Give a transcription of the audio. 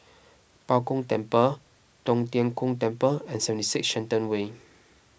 Bao Gong Temple Tong Tien Kung Temple and seventy six Shenton Way